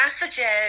messages